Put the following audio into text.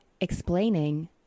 explaining